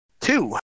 two